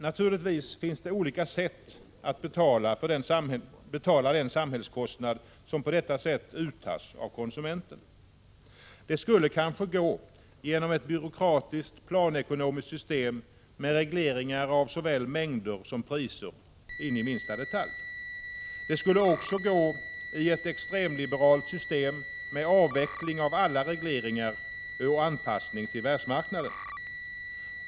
Naturligtvis finns det olika sätt att bestrida den samhällskostnad som på detta sätt faller på konsumenten. Det skulle kanske gå i ett byråkratiskt planekonomiskt system med regleringar in i minsta detalj av såväl mängder som priser. Det skulle också gå i ett extremliberalt system där alla regleringar avvecklats och som är anpassat till världsmarknaden.